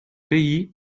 pays